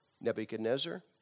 Nebuchadnezzar